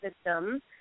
system